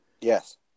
Yes